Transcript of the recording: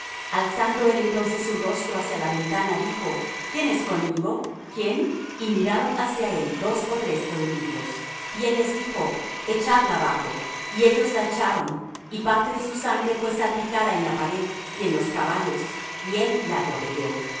alzando él entonces su rostro hacia la ventana dijo quién es conmigo quién y miraron hacia él dos ó tres eunucos y él les dijo echadla abajo y ellos la echaron y parte de su sangre fué salpicada en la pared y en los caballos y él la atropelló